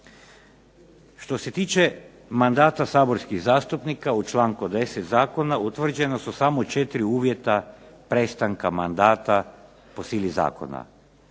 Što se tiče mandata saborskih zastupnika u članku 10. zakona utvrđena su samo četiri uvjeta prestanka mandata po sili zakona.